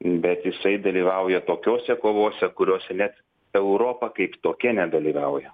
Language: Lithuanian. bet jisai dalyvauja tokiose kovose kuriose net europa kaip tokia nedalyvauja